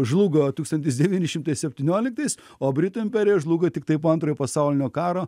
žlugo tūkstantis devyni šimtai septynioliktais o britų imperija žlugo tiktai po antrojo pasaulinio karo